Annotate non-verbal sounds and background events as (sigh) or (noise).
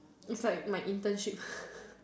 is like my internship (breath)